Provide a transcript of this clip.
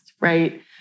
right